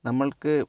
നമ്മൾക്ക്